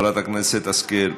חברת הכנסת השכל,